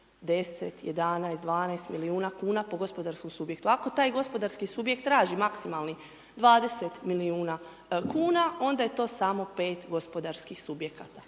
10, 11, 12 milijuna kuna po gospodarskom subjektu, ako taj gospodarski subjekt traži maksimalni, 20 milijuna kuna, onda je to samo 5 gospodarskih subjekata.